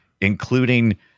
including